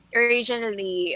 originally